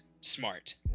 smart